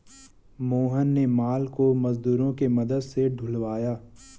मोहन ने माल को मजदूरों के मदद से ढूलवाया